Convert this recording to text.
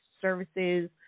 services